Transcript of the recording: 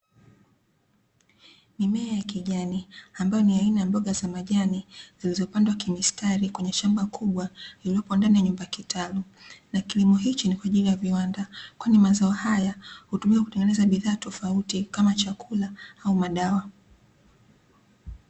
Mimea ya kijani; ambayo ni aina ya mboga za majani zilizopandwa kimistari kwenye shamba kubwa lililopo ndani ya nyumba kitalu. Na kilimo hicho ni kwa ajili ya viwanda, kwani mazao haya hutumika kutengeneza bidhaa tofauti kama chakula au madawa.